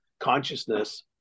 consciousness